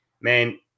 man